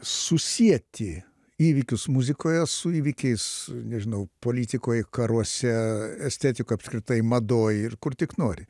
susieti įvykius muzikoje su įvykiais nežinau politikoj karuose estetika apskritai madoj ir kur tik nori